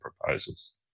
proposals